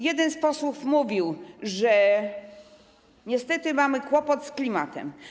Jeden z posłów mówił, że niestety mamy kłopot z klimatem.